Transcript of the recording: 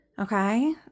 Okay